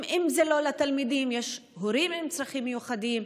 אם זה לא לתלמידים, יש הורים עם צרכים מיוחדים.